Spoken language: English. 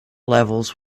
levels